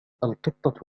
القطة